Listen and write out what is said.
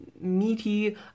meaty